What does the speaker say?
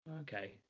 Okay